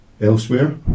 elsewhere